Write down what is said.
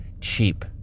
cheap